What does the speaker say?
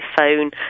phone